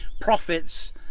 profits